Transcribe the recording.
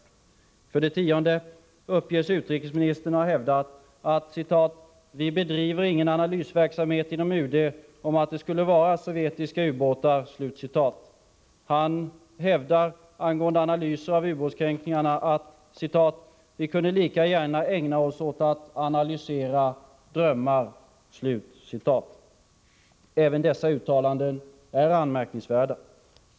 För det tionde uppges utrikesministern ha hävdat: ”Vi bedriver ingen analysverksamhet inom UD om att det skulle vara sovjetiska ubåtar”. Han hävdade angående analyser av ubåtskränkningarna att ”vi kunde lika gärna ägna oss åt att analysera drömmar”. Även dessa uttalanden är anmärkningsvärda.